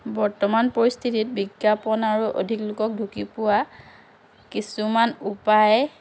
বৰ্তমান পৰিস্থিত বিজ্ঞাপন আৰু অধিক লোকক ঢুকি পোৱা কিছুমান উপায়